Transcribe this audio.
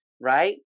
right